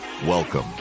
Welcome